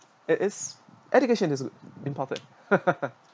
it is education is important